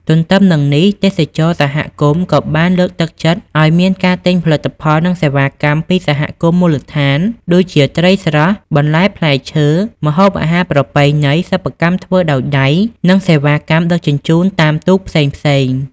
ទន្ទឹមនឹងនេះ ទេសចរណ៍សហគមន៍ក៏បានលើកទឹកចិត្តឱ្យមានការទិញផលិតផលនិងសេវាកម្មពីសហគមន៍មូលដ្ឋាន ដូចជាត្រីស្រស់ បន្លែផ្លែឈើ ម្ហូបអាហារប្រពៃណី សិប្បកម្មធ្វើដោយដៃ និងសេវាកម្មដឹកជញ្ជូនតាមទូកផ្សេងៗ។